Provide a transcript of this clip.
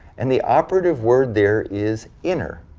and the operative word there is inner.